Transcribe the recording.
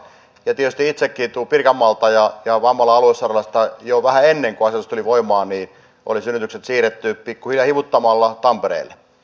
tietysti itsekin tulen pirkanmaalta ja vammalan aluesairaalasta jo vähän ennen kuin asetus tuli voimaan oli synnytykset siirretty pikkuhiljaa hivuttamalla tampereelle